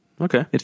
Okay